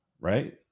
right